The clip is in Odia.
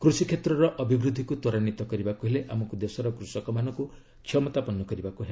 କୃଷି କ୍ଷେତ୍ରର ଅଭିବୃଦ୍ଧିକୁ ତ୍ୱରାନ୍ୱିତ କରିବାକୁ ହେଲେ ଆମକୁ ଦେଶର କୃଷକମାନଙ୍କୁ କ୍ଷମତାପନ୍ନ କରିବାକୁ ହେବ